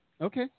Okay